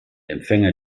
empfänger